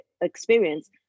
experience